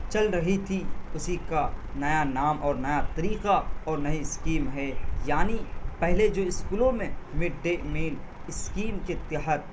چل رہی تھی اسی کا نیا نام اور نیا طریقہ اور نئی اسکیم ہے یعنی پہلے جو اسکولوں میں مڈ ڈے میل اسکیل کے تحت